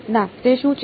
ના તે શું છે